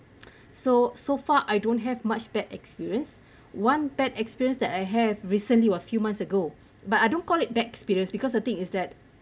so so far I don't have much bad experience one bad experience that I have recently was few months ago but I don't call it bad experience because the thing is that